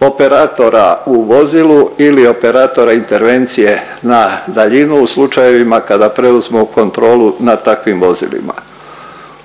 operatora u vozilu ili operatora intervencije na daljinu u slučajevima kada preuzmu kontrolu nad takvim vozilima.